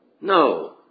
No